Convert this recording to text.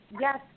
yes